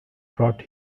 brought